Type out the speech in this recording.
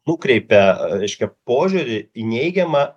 nukreipia reiškia požiūrį į neigiamą